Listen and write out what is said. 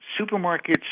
supermarkets